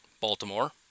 Baltimore